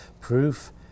proof